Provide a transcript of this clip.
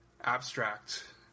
abstract